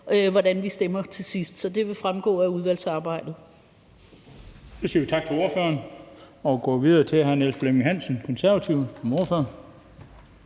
hvordan vi stemmer til sidst. Så det vil fremgå af udvalgsarbejdet.